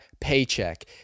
paycheck